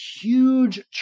huge